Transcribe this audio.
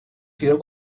sido